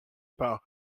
par